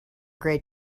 great